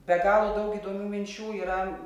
be galo daug įdomių minčių yra